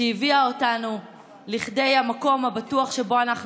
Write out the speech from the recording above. שהביאה אותנו לכדי המקום הבטוח שבו אנחנו